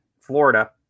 Florida